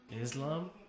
Islam